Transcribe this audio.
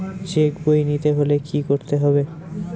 Check বই নিতে হলে কি করতে হবে?